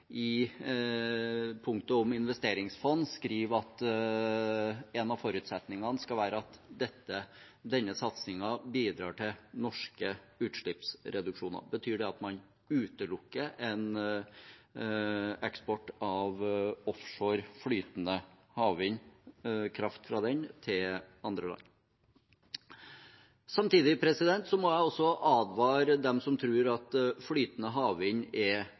i punktet om investeringsfond skriver at en av forutsetningene skal være at denne satsingen bidrar til norske utslippsreduksjoner. Betyr det at man utelukker en eksport av offshore flytende havvind, kraft fra den, til andre land? Samtidig må jeg også advare de som tror at flytende havvind er